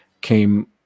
came